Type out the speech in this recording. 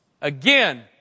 Again